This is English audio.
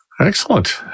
Excellent